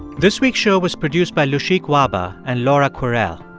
this week's show was produced by lushik wahba and laura kwerel.